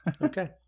okay